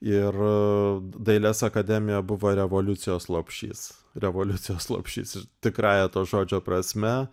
ir dailės akademija buvo revoliucijos lopšys revoliucijos lopšys ir tikrąja to žodžio prasme